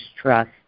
trust